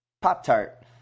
Pop-Tart